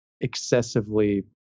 excessively